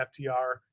ftr